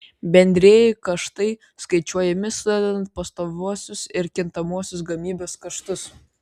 bendrieji kaštai skaičiuojami sudedant pastoviuosius ir kintamuosius gamybos kaštus